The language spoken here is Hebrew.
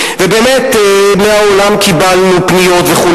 מהעולם קיבלנו פניות וכו'.